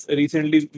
recently